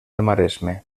maresme